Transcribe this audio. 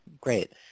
Great